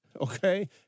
okay